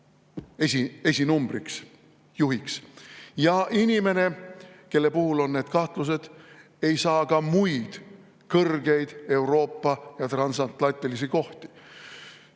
esinumbriks, juhiks. Inimene, kelle puhul on need kahtlused, ei saa ka muud kõrget Euroopa või transatlantilist kohta.